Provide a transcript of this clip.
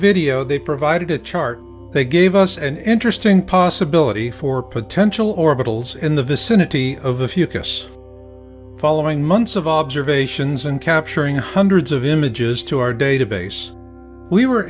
video they provided a chart they gave us an interesting possibility for potential orbitals in the vicinity of the fucus following months of observations and capturing hundreds of images to our database we were